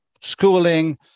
schooling